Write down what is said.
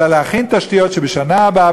אלא להכין תשתיות כדי שבשנה הבאה,